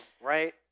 right